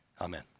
amen